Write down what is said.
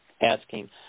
asking